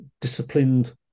disciplined